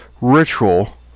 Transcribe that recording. ritual